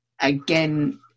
Again